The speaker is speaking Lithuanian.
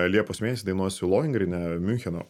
liepos mėnesį dainuosiu lohengrine miuncheno